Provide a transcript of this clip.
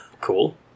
Cool